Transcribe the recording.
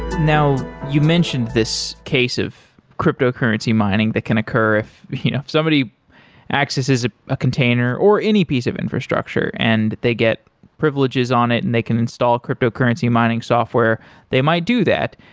now you mentioned this case of cryptocurrency mining that can occur if somebody accesses a ah container, or any piece of infrastructure, and they get privileges on it and they can install cryptocurrency mining software they might do that.